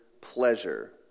pleasure